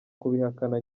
kubihakana